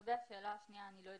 לגבי השאלה השנייה, אני לא יודעת.